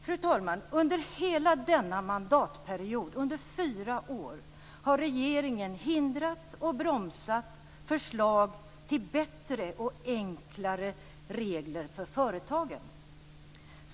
Fru talman! Under hela denna mandatperiod, i fyra år, har regeringen hindrat och bromsat förslag till bättre och enklare regler för företagen.